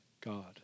God